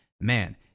man